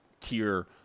tier